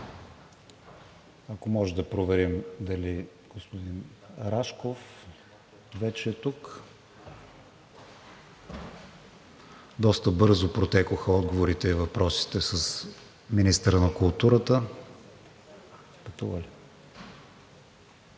Ако може да проверим дали господин Рашков вече е тук. Доста бързо протекоха отговорите и въпросите с министъра на културата. Сега